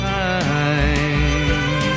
time